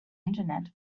internet